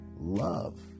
love